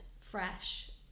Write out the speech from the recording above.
fresh